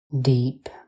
deep